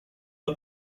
but